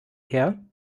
her